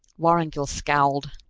vorongil scowled.